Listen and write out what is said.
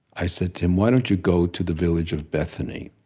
i said to him why don't you go to the village of bethany.